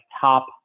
top